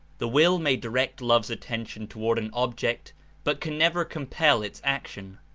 the will may direct love's attention toward an object but can never compel its action.